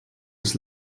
bis